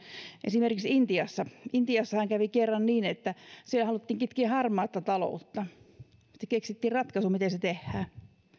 esimerkiksi intiassa intiassahan kävi kerran niin että siellä haluttiin kitkeä harmaata taloutta sitten keksittiin ratkaisu miten se tehdään